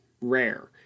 rare